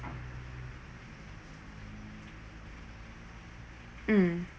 mm